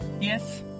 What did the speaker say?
Yes